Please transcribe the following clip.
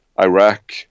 Iraq